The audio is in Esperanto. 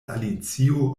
alicio